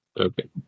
Okay